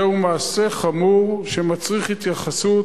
זהו מעשה חמור שמצריך התייחסות.